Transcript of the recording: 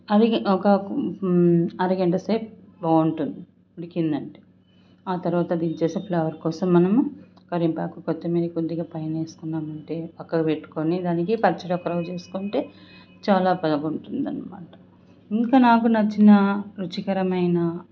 అలాగే ఒక అరగంట సేపు బాగుంటుంది ఉడికిందంటే ఆ తరువాత దించేసి ఫ్లేవర్ కోసం మనము కరింపాకు కొత్తిమీర కొద్దిగా పైనేసుకున్నామంటే పక్కకిపెట్టుకొని దానికి పచ్చదోకరవ్వ చేసుకున్నామంటే చాలా బాగుంటుందనమాట ఇంకా నాకు నచ్చిన రుచికరమైన